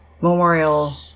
Memorial